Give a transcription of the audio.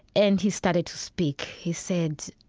and he started to speak. he said,